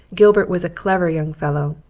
gilbert was a clever young fellow,